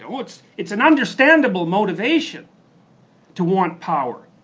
ah it's it's an understandable motivation to want power,